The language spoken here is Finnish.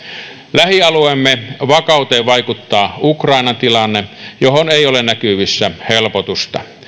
lähialueemme vakauteen vaikuttaa ukrainan tilanne johon ei ole näkyvissä helpotusta